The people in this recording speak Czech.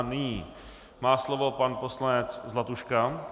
Nyní má slovo pan poslanec Zlatuška.